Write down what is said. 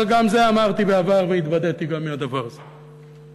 אבל גם זה אמרתי בעבר והתבדיתי גם בדבר הזה.